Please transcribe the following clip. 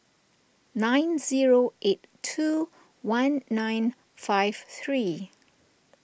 nine zero eight two one nine five three